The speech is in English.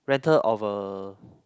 rental of a